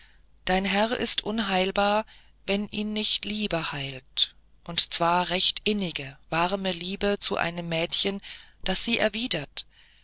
dein herr ist unheilbar wenn ihn nicht liebe heilt und zwar recht innige warme liebe zu einem mädchen das sie erwidert